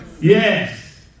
Yes